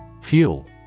Fuel